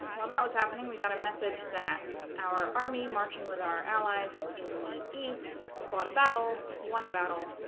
well that was happening we got a message that our army marching with our allies in the east fought a battle one battle